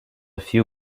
few